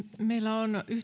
on